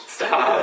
Stop